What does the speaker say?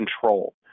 control